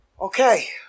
Okay